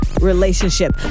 relationship